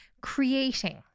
creating